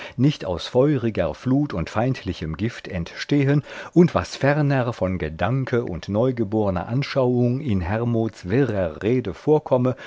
nicht aus feuriger flut und feindlichem gift entstehen und was ferner von gedanke und neugeborner anschauung in hermods wirrer rede vorkomme